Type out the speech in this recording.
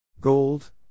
Gold